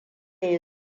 ya